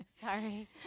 Sorry